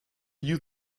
you